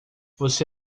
você